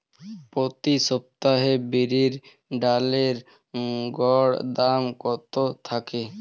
প্রতি সপ্তাহে বিরির ডালের গড় দাম কত থাকে?